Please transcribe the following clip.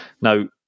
Now